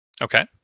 Okay